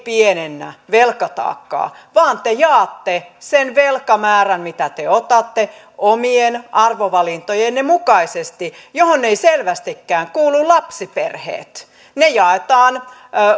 pienennä velkataakkaa vaan te jaatte sen velkamäärän minkä te otatte omien arvovalintojenne mukaisesti mihin eivät selvästikään kuulu lapsiperheet ne velkarahat jaetaan